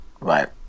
right